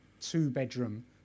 two-bedroom